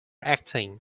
acting